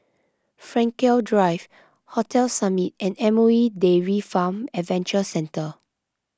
Frankel Drive Hotel Summit and M O E Dairy Farm Adventure Centre